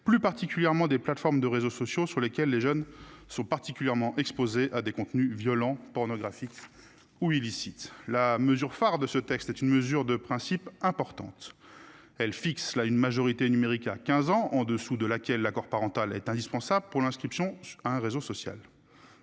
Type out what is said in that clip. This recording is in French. plus particulièrement des plateformes de réseaux sociaux sur lesquels les jeunes sont particulièrement exposés à des contenus violents pornographiques. Ou illicites. La mesure phare de ce texte est une mesure de principe importante. Elle fixe là une majorité numérique à 15 ans en dessous de laquelle l'accord parental est indispensable pour l'inscription sur un réseau social.